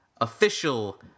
official